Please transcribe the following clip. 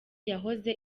yahoze